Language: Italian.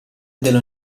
della